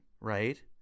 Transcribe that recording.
right